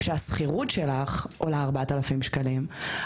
כשהשכירות שלך עולה 4,000 שקלים,